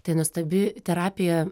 tai nuostabi terapija